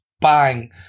bang